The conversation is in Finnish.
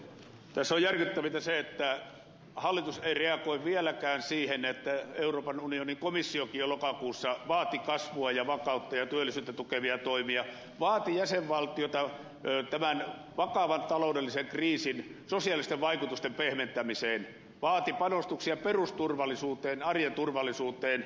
tässä on järkyttävintä se että hallitus ei reagoi vieläkään siihen että euroopan unionin komissiokin jo lokakuussa vaati kasvua ja vakautta ja työllisyyttä tukevia toimia vaati jäsenvaltioita tämän vakavan taloudellisen kriisin sosiaalisten vaikutusten pehmentämiseen vaati panostuksia perusturvallisuuteen arjen turvallisuuteen